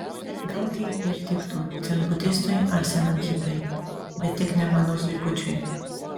gal tai ir tiktų dzenbudistui ar senam hipiui bet tik ne mano zuikučiui